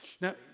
Now